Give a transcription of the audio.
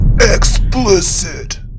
Explicit